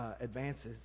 advances